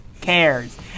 cares